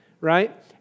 right